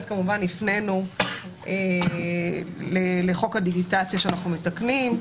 כמובן הפנינו לחוק הדיגיטציה שאנחנו מתקנים.